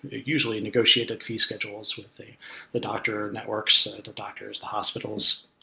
usually, negotiated fee schedules with the the doctor networks, the doctors, the hospitals,